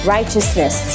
Righteousness